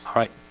right,